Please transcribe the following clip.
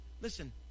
listen